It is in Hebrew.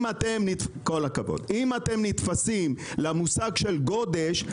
אם אתם נתפסים למושג של גודש,